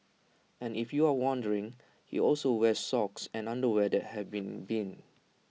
and if you're wondering he also wears socks and underwear that have been binned